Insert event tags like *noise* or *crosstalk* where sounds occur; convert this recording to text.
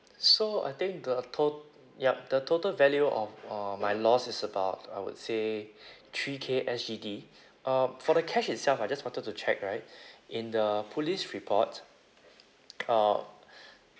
so I think the tot~ yup the total value of uh my loss is about I would say three K S_G_D um for the cash itself I just wanted to check right in the police report *noise* uh